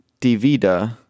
divida